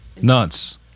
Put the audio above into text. nuts